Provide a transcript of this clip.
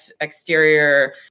exterior